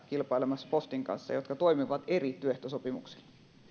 kilpailemassa postin kanssa kuusitoista muuta yhtiötä jotka toimivat eri työehtosopimuksilla